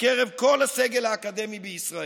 בקרב כל הסגל האקדמי בישראל,